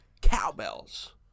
cowbells